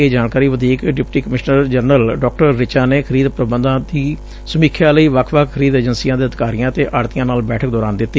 ਇਹ ਜਾਣਕਾਰੀ ਵਧੀਕ deputy commissioner general Dr Richa ਨੇ ਖਰੀਦ ਪ੍ਰੰਬਾਂ ਦੀ ਸਮੀਖਿਆ ਲਈ ਵੱਖ ਵੱਖ ਖਰੀਦ ਏਂਜਸੀਆਂ ਦੇ ਅਧਿਕਾਰੀਆਂ ਅਤੇ ਆਤਤੀਆਂ ਨਾਲ ਬੈਠਕ ਦੌਰਾਨ ਦਿੱਡੀ